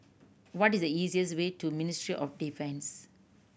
what is the easiest way to Ministry of Defence